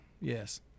yes